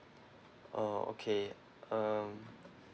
oh okay um